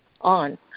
on